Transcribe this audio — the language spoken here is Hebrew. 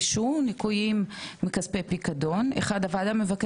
הוועדה מבקשת ממשרד האוצר את הסכום המדויק